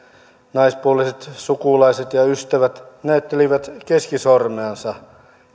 naispuoliset sukulaiset ja ystävät näyttelivät keskisormeansa